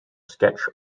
sketch